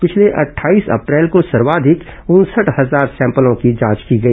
पिछले अट्ठाईस अप्रैल को सर्वाधिक करीब साढे उनसठ हजार सैंपलों की जांच की गई